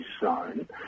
zone